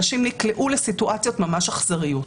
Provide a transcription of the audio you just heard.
אנשים נקלעו לסיטואציות ממש אכזריות.